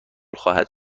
خواهد